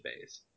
base